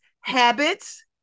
Habits